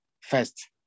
first